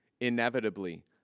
Inevitably